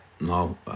no